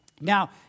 Now